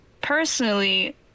Personally